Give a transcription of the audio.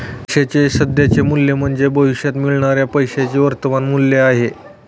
पैशाचे सध्याचे मूल्य म्हणजे भविष्यात मिळणाऱ्या पैशाचे वर्तमान मूल्य आहे